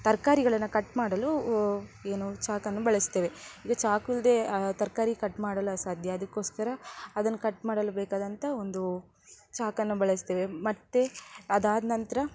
ತರ್ಕಾರಿಗಳನ್ನು cut ಮಾಡಲು ಏನು ಚಾಕನ್ನು ಬಳಸ್ತೇವೆ ಈಗ ಚಾಕು ಇಲ್ಲದೆ ತರಕಾರಿ ಕಟ್ ಮಾಡಲು ಅಸಾಧ್ಯ ಅದಕೋಸ್ಕರ ಅದನ್ನು ಕಟ್ ಮಾಡಲು ಬೇಕಾದಂಥ ಒಂದು ಚಾಕನ್ನು ಬಳಸ್ತೇವೆ ಮತ್ತು ಅದಾದ ನಂತರ